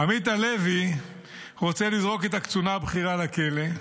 עמית הלוי רוצה לזרוק את הקצונה הבכירה לכלא.